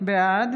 בעד